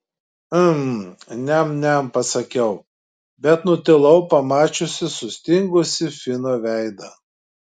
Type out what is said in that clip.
mm niam niam pasakiau bet nutilau pamačiusi sustingusį fino veidą